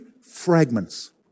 Fragments